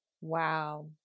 Wow